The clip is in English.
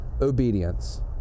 obedience